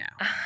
now